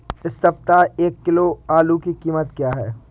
इस सप्ताह एक किलो आलू की कीमत क्या है?